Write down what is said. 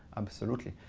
absolutely.